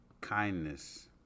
Kindness